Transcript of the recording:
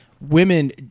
women